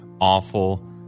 awful